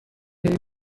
into